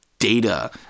data